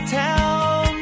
town